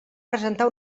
presentar